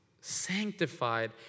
sanctified